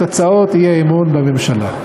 את הצעות האי-אמון בממשלה.